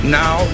now